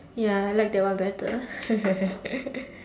ya I like that one better